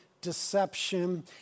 deception